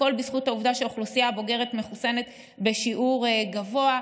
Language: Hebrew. הכול בזכות העובדה שהאוכלוסייה הבוגרת מחוסנת בשיעור גבוה".